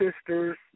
sisters